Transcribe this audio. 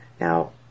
Now